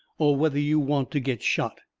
or whether you want to get shot.